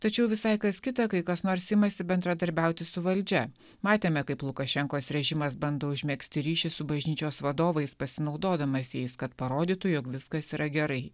tačiau visai kas kita kai kas nors imasi bendradarbiauti su valdžia matėme kaip lukašenkos režimas bando užmegzti ryšį su bažnyčios vadovais pasinaudodamas jais kad parodytų jog viskas yra gerai